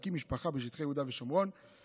להקים משפחה בשטחי יהודה ושומרון,